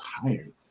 tired